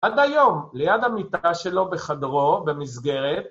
עד היום, ליד המיטה שלו בחדרו, במסגרת.